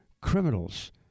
criminals